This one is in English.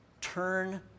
turn